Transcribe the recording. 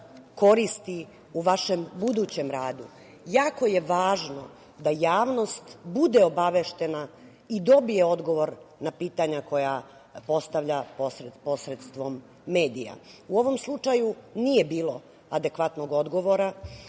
koristi u vašem budućem radu, jako je važno da javnost bude obaveštena i dobije odgovor na pitanja koja postavlja posredstvom medija.U ovom slučaju nije bilo adekvatnog odgovora